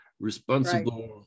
responsible